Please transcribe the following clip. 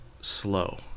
slow